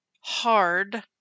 hard